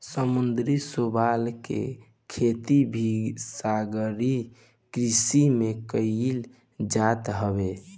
समुंदरी शैवाल के खेती भी सागरीय कृषि में कईल जात हवे